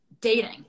dating